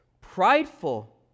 prideful